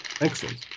Excellent